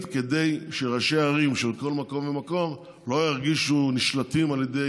כדי שראשי ערים לא ירגישו נשלטים על ידי